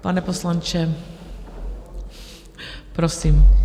Pane poslanče, prosím.